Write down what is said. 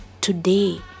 Today